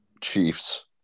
Chiefs